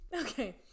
Okay